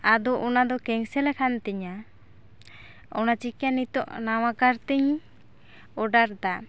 ᱟᱫᱚ ᱚᱱᱟ ᱫᱚ ᱠᱮᱱᱥᱮᱞ ᱟᱠᱟᱱ ᱛᱤᱧᱟᱹ ᱚᱱᱟ ᱪᱤᱠᱟᱹ ᱱᱤᱛᱚᱜ ᱱᱟᱣᱟ ᱠᱟᱨᱛᱤᱧ ᱚᱰᱟᱨ ᱮᱫᱟ